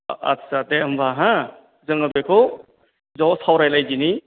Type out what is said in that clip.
आथ्सा दे होमब्ला हो जोङो बेखौ ज' सावरायलायदिनि